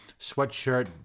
sweatshirt